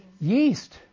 Yeast